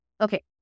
Okay